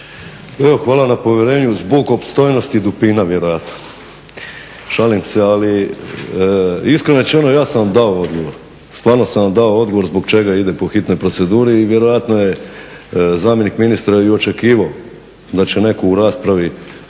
Evo hvala na povjerenju, zbog opstojnosti dupina vjerojatno. Šalim se, ali iskreno rečeno ja sam vam dao odgovor, stvarno sam vam dao odgovor zbog čega ide po hitnoj proceduri i vjerojatno je zamjenik ministra i očekivao da će netko u raspravi